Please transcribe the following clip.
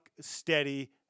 steady